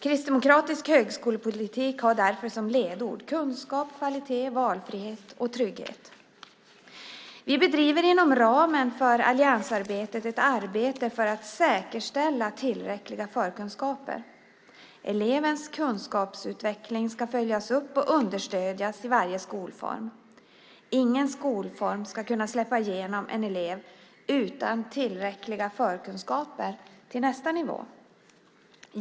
Kristdemokratisk högskolepolitik har därför som ledord: kunskap, kvalitet, valfrihet och trygghet. Vi bedriver inom ramen för alliansarbetet ett arbete för att säkerställa tillräckliga förkunskaper. Elevens kunskapsutveckling ska följas upp och understödjas i varje skolform. Ingen skolform ska kunna släppa igenom en elev till nästa nivå utan tillräckliga förkunskaper.